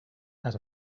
out